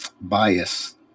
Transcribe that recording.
bias